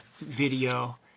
video